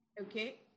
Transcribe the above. Okay